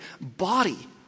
body